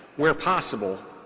where possible,